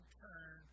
turn